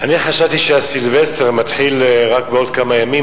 אני חשבתי שהסילבסטר מתחיל רק בעוד כמה ימים,